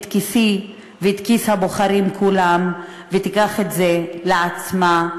כיסי ואת כיסי הבוחרים כולם ותיקח את זה לעצמה,